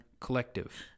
collective